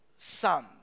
son